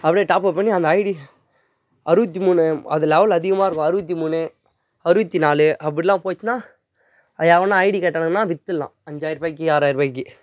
அப்படியே top up பண்ணி அந்த ஐடி அறுபத்தி மூணு அது லெவல் அதிகமாக இருக்கும் அறுபத்தி மூணு அறுபத்தி நாலு அப்படில்லாம் போச்சுன்னா எவனும் ஐடி கட்டலைன்னா விற்றிட்ல்லாம் அஞ்சாயிரம் ரூபாய்க்கி ஆறாயிரம் ரூபாய்க்கி